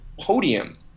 podium